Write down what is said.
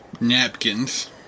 Napkins